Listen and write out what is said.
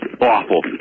awful